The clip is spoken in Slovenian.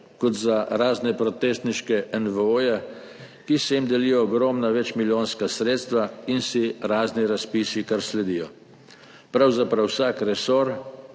kot za razne protestniške NVO-je, ki se jim delijo ogromna, večmilijonska sredstva in si razni razpisi kar sledijo. Pravzaprav vsak resor